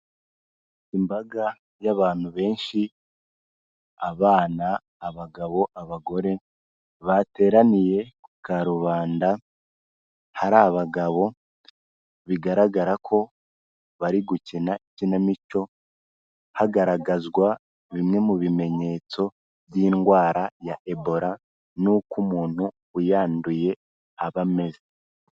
Imbaga y'abantu benshi, abana, abagabo, abagore, bateraniye ku karubanda, hari abagabo bigaragara ko bari gukina ikinamico, hagaragazwa bimwe mu bimenyetso by'indwara ya Ebola n'uko umuntu uyanduye aba ameze.